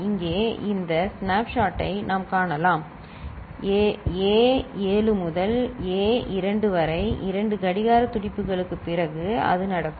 இங்கே இந்த ஸ்னாப்ஷாட்டை நாம் காணலாம் A 7 முதல் A 2 வரை 2 கடிகார துடிப்புகளுக்குப் பிறகு அது இருக்கும்